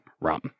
rum